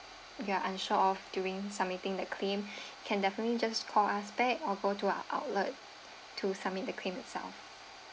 you are unsure of during submitting that claim can definitely just call us back or go to our outlet to submit the claim itself